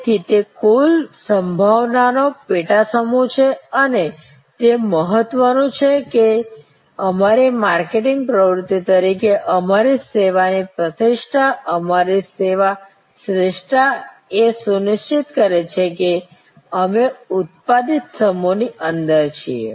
તેથી તે કુલ સંભાવનાનો પેટા સમૂહ છે અને તે મહત્વનું છે કે અમારી માર્કેટિંગ પ્રવૃત્તિ તરીકે અમારી સેવાની પ્રતિષ્ઠા અમારી સેવા શ્રેષ્ઠતા એ સુનિશ્ચિત કરે છે કે અમે ઉત્પાદિત સમૂહની અંદર છીએ